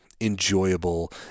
enjoyable